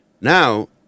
Now